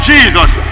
Jesus